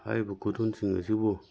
ꯍꯥꯏꯔꯤꯕ ꯈꯨꯗꯣꯟꯁꯤꯡ ꯑꯁꯤꯕꯨ